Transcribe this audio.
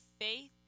faith